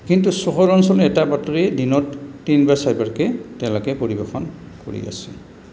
কিন্তু চহৰ অঞ্চলৰ এটা বাতৰি দিনত তিনিবাৰ চাৰিবাৰকে তেওঁলোকে পৰিৱেশন কৰি আছে